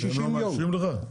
ב-60 יום,